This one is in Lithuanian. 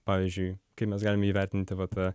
pavyzdžiui kai mes galim jį įvertinti vat tą